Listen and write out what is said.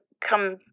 come